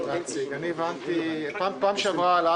פעם שעברה עלה